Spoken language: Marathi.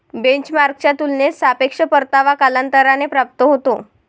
बेंचमार्कच्या तुलनेत सापेक्ष परतावा कालांतराने प्राप्त होतो